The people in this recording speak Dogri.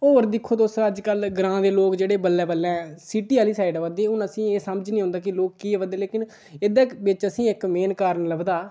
होर दिक्खो तुस अज्ज्कल ग्रांऽ दे लोक जेह्ड़े बल्लें बल्लें सिटी आह्ली साइड आवा दे हून असें एह् समझ नि औंदा कि लोक की आवा दे लेकिन एह्दे बिच्च असें इक मेन कारण लभदा